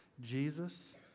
Jesus